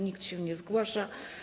Nikt się nie zgłasza.